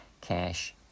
cash